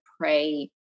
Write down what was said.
pray